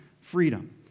freedom